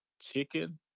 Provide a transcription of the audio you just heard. chicken